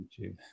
YouTube